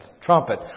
trumpet